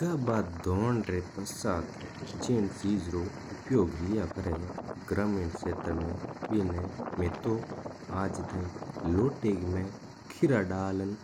गाबा धुवण री पीछत जिण चीज़ रो उपयोग लेवा हा ग््रामिण क्षेत्र में माई तो आज ताई लोटा में खेरा डालण